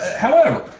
however,